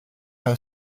her